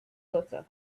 daughter